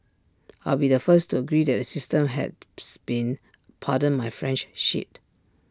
I'll be the first to agree that the system has been pardon my French shit